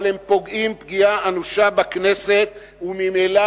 אבל הם פוגעים פגיעה אנושה בכנסת וממילא